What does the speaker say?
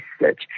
research